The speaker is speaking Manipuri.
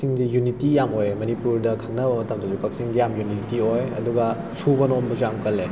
ꯀꯛꯆꯤꯡꯁꯤ ꯌꯨꯅꯤꯇꯤ ꯌꯥꯝ ꯑꯣꯏꯌꯦ ꯃꯅꯤꯄꯨꯔꯗ ꯈꯪꯅꯕ ꯃꯇꯝꯗꯁꯨ ꯀꯛꯆꯤꯡꯁꯤ ꯌꯥꯝ ꯌꯨꯅꯤꯇꯤ ꯑꯣꯏ ꯑꯗꯨꯒ ꯁꯨꯕ ꯅꯣꯝꯕꯁꯨ ꯌꯥꯝ ꯀꯜꯂꯦ